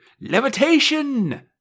Levitation